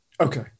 Okay